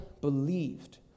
believed